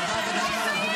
מנצלים רצח של אישה.